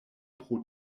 pro